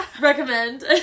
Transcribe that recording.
recommend